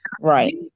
Right